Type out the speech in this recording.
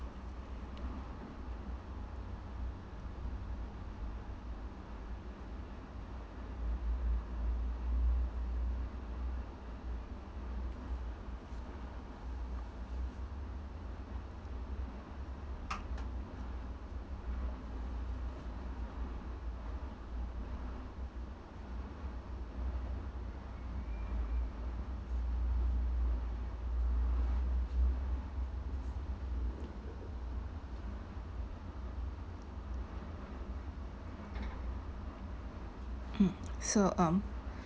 mm so um